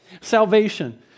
Salvation